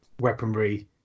weaponry